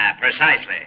Precisely